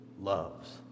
loves